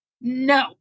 no